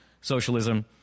socialism